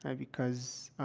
and because,